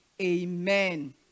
amen